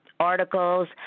articles